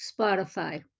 Spotify